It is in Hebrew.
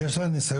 אז יש לה ניסיון,